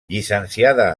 llicenciada